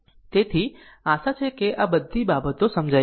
તેથી આશા છે કે આ બાબતો સમજાઈ ગઈ હશે